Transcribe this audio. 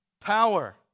power